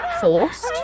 forced